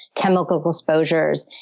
chemical exposures,